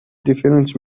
different